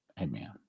amen